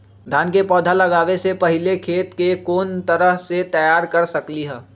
धान के पौधा लगाबे से पहिले खेत के कोन तरह से तैयार कर सकली ह?